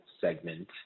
segment